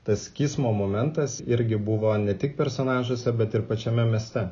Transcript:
tas kismo momentas irgi buvo ne tik personažuose bet ir pačiame mieste